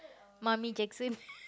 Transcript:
mummy Jackson